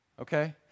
Okay